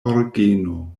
orgeno